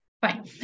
Fine